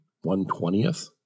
one-twentieth